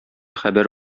хәбәр